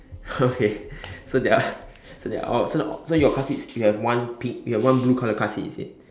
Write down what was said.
okay so there are so there are all so your car seats you have one pink you have one blue car colour car seat is it